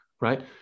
right